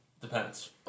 Depends